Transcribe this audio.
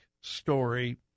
story